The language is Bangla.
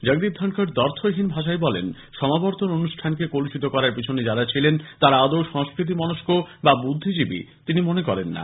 জগদীপ ধনখড় দ্বর্থ্যহীন ভাষায় বলেন সমাবর্তন অনুষ্ঠানকে কলুষিত করার পিছনে যাঁরা ছিলেন তারা আদৌ সংস্কৃতিমনস্ক বা বুদ্ধিজীবি তিনি মনে করেন না